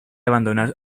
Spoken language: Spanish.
abandonar